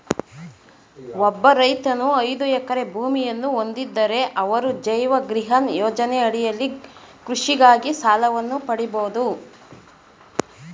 ಒಬ್ಬ ರೈತನು ಐದು ಎಕರೆ ಭೂಮಿಯನ್ನ ಹೊಂದಿದ್ದರೆ ಅವರು ಜೈವ ಗ್ರಿಹಮ್ ಯೋಜನೆ ಅಡಿಯಲ್ಲಿ ಕೃಷಿಗಾಗಿ ಸಾಲವನ್ನು ಪಡಿಬೋದು